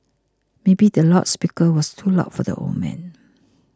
maybe the loud speaker was too loud for the old man